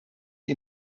die